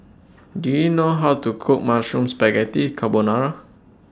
Do YOU know How to Cook Mushroom Spaghetti Carbonara